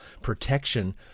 protection